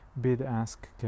bid-ask